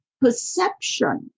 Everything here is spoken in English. perception